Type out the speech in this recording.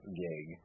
gig